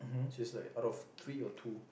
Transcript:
she's like out of three or two